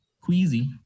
queasy